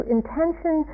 intention